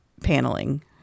paneling